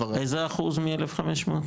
איזה אחוז מ-1,500?